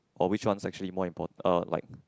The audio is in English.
or which one is actually more important uh like